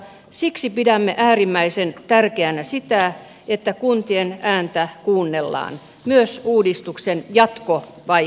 siksi pidämme äärimmäisen tärkeänä sitä että kuntien ääntä kuunnellaan myös uudistuksen jatkovaiheessa